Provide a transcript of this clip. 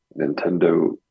Nintendo